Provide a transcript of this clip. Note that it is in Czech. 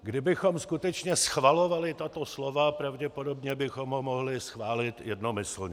Kdybychom skutečně schvalovali tato slova, pravděpodobně bychom ho mohli schválit jednomyslně.